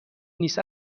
نیست